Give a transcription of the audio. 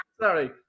Sorry